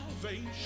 salvation